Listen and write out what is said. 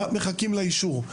רק מחכים לאישור.